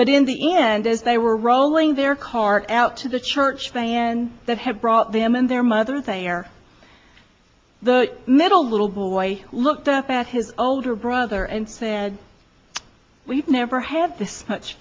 but in the end as they were rolling their cart out to the church than that have brought them and their mother they are the middle little boy looked up at his older brother and said we've never have this much